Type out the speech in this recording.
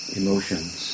emotions